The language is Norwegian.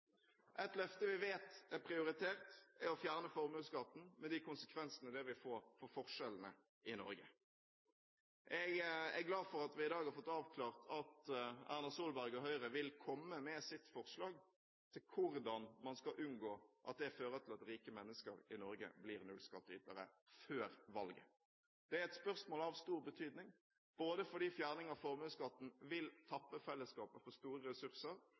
Et løfte vi vet er prioritert, er det å fjerne formuesskatten, med de konsekvensene det vil få for forskjellene i Norge. Jeg er glad for at vi i dag har fått avklart at Erna Solberg og Høyre før valget vil komme med sitt forslag til hvordan man skal unngå at det fører til at rike mennesker i Norge blir nullskattytere. Det er et spørsmål av stor betydning, både fordi fjerning av formuesskatten vil tappe fellesskapet for store ressurser,